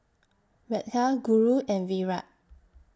Medha Guru and Virat